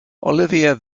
olivia